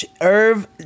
Irv